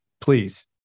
please